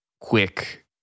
quick